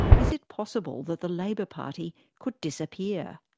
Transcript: is it possible that the labor party could disappear?